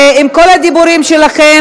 עם כל הדיבורים שלכם,